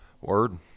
word